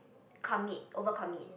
commit over commit